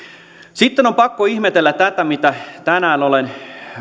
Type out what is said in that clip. sitten on pakko ihmetellä tätä mitä tänään olen